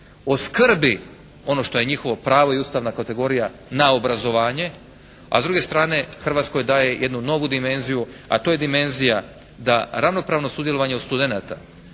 o skrbi ono što je njihovo pravo i Ustavna kategorija na obrazovanje. A s druge strane Hrvatskoj daje jednu novu dimenziju. A to je dimenzija da ravnopravno sudjelovanje od studenata